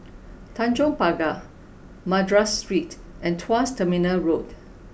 Tanjong Pagar Madras Street and Tuas Terminal Road